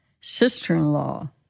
sister-in-law